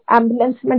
ambulance